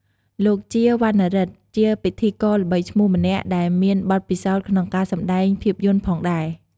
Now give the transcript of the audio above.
លោក ជា វណ្ណារិទ្ធ ជាពិធីករល្បីឈ្មោះម្នាក់ដែលមានបទពិសោធន៍ក្នុងការសម្តែងភាពយន្តផងដែរ។